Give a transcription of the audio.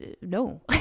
no